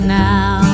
now